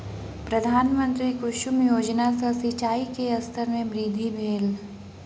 प्रधानमंत्री कुसुम योजना सॅ सिचाई के स्तर में वृद्धि भेल